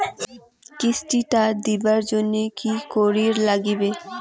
কিস্তি টা দিবার জন্যে কি করির লাগিবে?